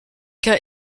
cas